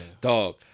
dog